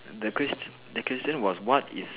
the question the question was what is